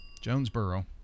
Jonesboro